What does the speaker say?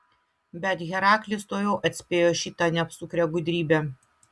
bet heraklis tuojau atspėjo šitą neapsukrią gudrybę